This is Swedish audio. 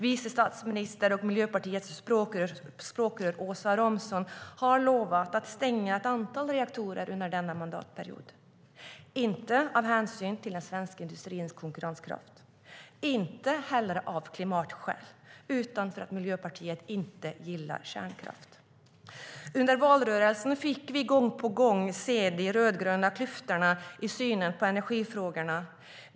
Vice statsministern och Miljöpartiets språkrör Åsa Romson har lovat att stänga ett antal reaktorer under denna mandatperiod, inte av hänsyn till den svenska industrins konkurrenskraft, inte heller av klimatskäl utan för att Miljöpartiet inte gillar kärnkraft. Under valrörelsen kunde vi gång på gång se de rödgröna klyftorna när det gäller synen på energifrågorna.